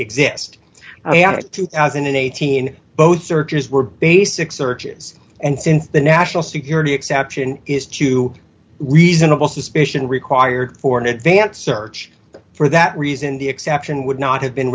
thousand and eighteen both searches were basic searches and since the national security exception is to reasonable suspicion required for an advanced search for that reason the exception would not have been